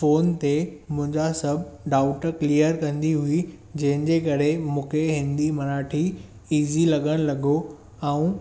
phone ते मुंहिंजा सभु डाउट क्लियर कंदी हुई जंहिंजे करे मूंखे हिन्दी मराठी इज़ी लॻणु लॻो ऐं